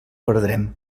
perdrem